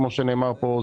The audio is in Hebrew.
כמו שנאמר כאן,